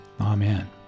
Amen